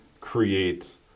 create